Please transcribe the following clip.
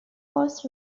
was